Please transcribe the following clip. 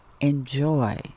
Enjoy